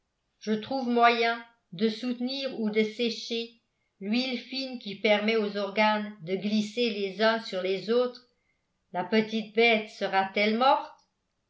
je trouve moyen de soutenir ou de sécher l'huile fine qui permet aux organes de glisser les uns sur les autres la petite bête sera telle morte